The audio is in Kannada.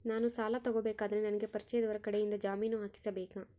ನಾನು ಸಾಲ ತಗೋಬೇಕಾದರೆ ನನಗ ಪರಿಚಯದವರ ಕಡೆಯಿಂದ ಜಾಮೇನು ಹಾಕಿಸಬೇಕಾ?